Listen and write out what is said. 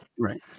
Right